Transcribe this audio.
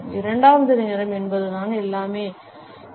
இரண்டாவது நேரம் என்பதுதான் எல்லாமே என்பது